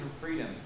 freedom